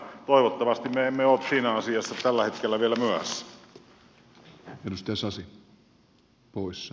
toivottavasti me emme ole siinä asiassa tällä hetkellä vielä myöhässä